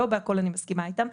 לא בהכל אני מסכימה איתם.